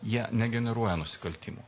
jie negeneruoja nusikaltimų